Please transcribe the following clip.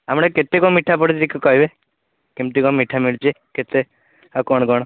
ଆପଣଙ୍କ କେତେ କ'ଣ ମିଠା ପଡ଼ୁଛି ଦେଖି କହିବେ କେମିତି କଣ ମିଠା ମିଳୁଛି କେତେ ଆଉ କ'ଣ କ'ଣ